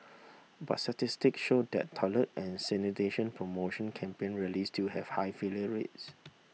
but statistics show that toilet and sanitation promotion campaign really still have high failure rate